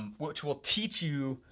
um which will teach you,